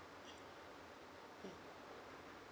mm